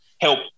help